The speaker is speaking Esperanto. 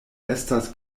estas